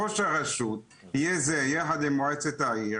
ראש הרשות יחד עם מועצת העיר,